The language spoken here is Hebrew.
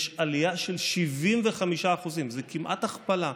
יש עלייה של 75% זו כמעט הכפלה,